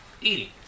eating